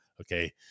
Okay